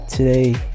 Today